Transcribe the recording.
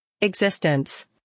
existence